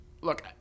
look